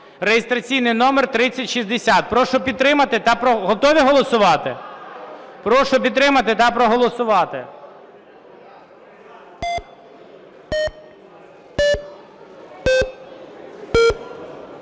(реєстраційний номер 3060). Прошу підтримати та проголосувати.